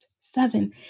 Seven